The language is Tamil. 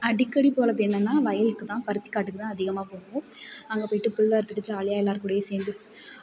அடிக்கடி போவது என்னெனா வயலுக்கு தான் பருத்தி காட்டுக்கு தான் அதிகமாக போவோம் அங்கே போய்ட்டு புல் அறுத்துகிட்டு ஜாலியாக எல்லார் கூடேயும் சேர்ந்து